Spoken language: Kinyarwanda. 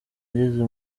ageza